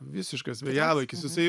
visiškas vėjavaikis jisai